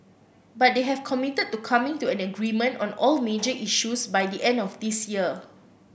but they have committed to coming to an agreement on all major issues by the end of this year